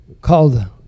called